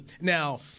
now